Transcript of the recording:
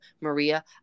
Maria